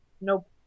Nope